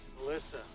Melissa